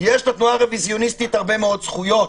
יש לתנועה הרוויזיוניסטית הרבה מאוד זכויות.